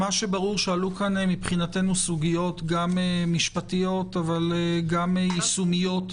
ברור שמבחינתנו עלו פה סוגיות גם משפטיות אבל גם יישומיות,